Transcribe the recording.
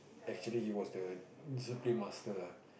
that actually was the discipline master ah